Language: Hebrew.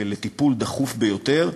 לטיפול דחוף ביותר,